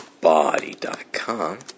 body.com